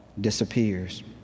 disappears